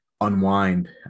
unwind